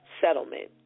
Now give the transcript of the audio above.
settlement